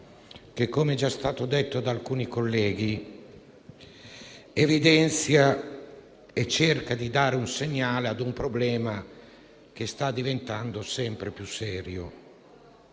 che, come è stato già detto da alcuni colleghi, evidenzia - cercando di dare un segnale - un problema che sta diventando sempre più serio.